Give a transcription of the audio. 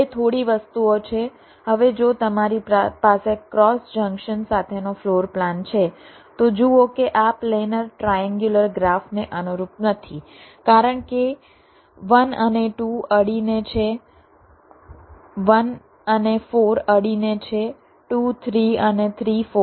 હવે થોડી વસ્તુઓ છે હવે જો તમારી પાસે ક્રોસ જંકશન સાથેનો ફ્લોર પ્લાન છે તો જુઓ કે આ પ્લેનર ટ્રાએન્ગ્યુલર ગ્રાફને અનુરૂપ નથી કારણ કે 1 અને 2 અડીને છે 1 અને 4 અડીને છે 2 3 અને 3 4